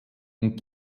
und